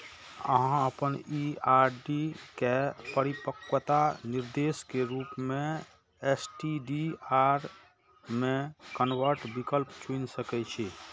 अहां अपन ई आर.डी के परिपक्वता निर्देश के रूप मे एस.टी.डी.आर मे कन्वर्ट विकल्प चुनि सकै छी